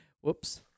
Whoops